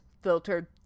filtered